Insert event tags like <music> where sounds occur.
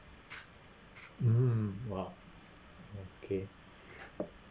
mm !wow! okay <breath>